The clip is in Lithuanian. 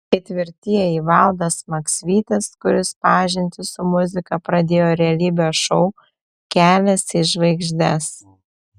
ketvirtieji valdas maksvytis kuris pažintį su muzika pradėjo realybės šou kelias į žvaigždes